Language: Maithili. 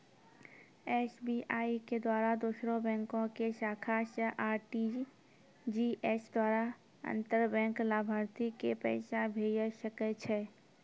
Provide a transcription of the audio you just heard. एस.बी.आई के द्वारा दोसरो बैंको के शाखा से आर.टी.जी.एस द्वारा अंतर बैंक लाभार्थी के पैसा भेजै सकै छै